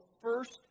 first